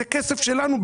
זה כסף שלנו,